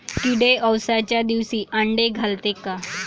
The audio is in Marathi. किडे अवसच्या दिवशी आंडे घालते का?